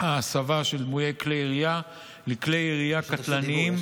של דמויי כלי ירייה לכלי ירייה קטלניים,